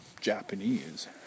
Japanese